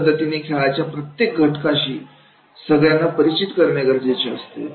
अशा पद्धतीने खेळाच्या प्रत्येक घटकाशी सगळ्यांना परिचित करणे गरजेचे असते